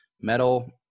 metal